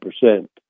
percent